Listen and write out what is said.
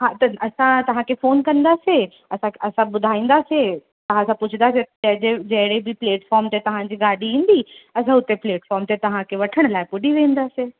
हा त असां तव्हांखे फोन कंदासीं असां असां ॿुधाईंदासे तहांसां पुछंदासीं ज जहिड़े बि प्लेटफॉम ते तव्हांजी गाॾी ईंदी असां हुते प्लेफॉम ते तव्हांखे वठण लाइ पुॼी वेंदासीं